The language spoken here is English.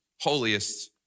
holiest